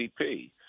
GDP